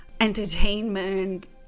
entertainment